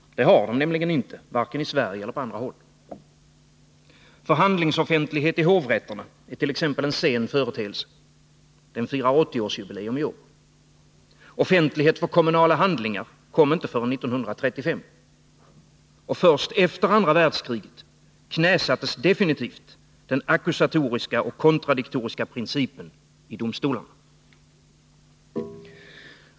Det har de nämligen inte, varken i Sverige eller på andra håll. Förhandlingsoffentlighet i hovrätterna är t.ex. en sen företeelse. Den firar 80-årsjubileum i år. Offentlighet för kommunala handlingar kom inte förrän 1935. Och först efter andra världskriget knäsattes definitivt den ackusatoriska och kontradiktoriska principen i domstolarna.